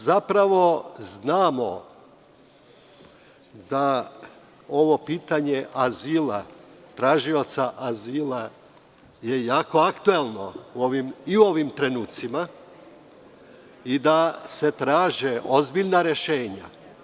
Znamo da je ovo pitanje tražioca azila jako aktuelno i u ovim trenucima i da se traže ozbiljna rešenja.